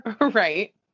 Right